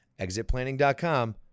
exitplanning.com